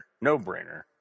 no-brainer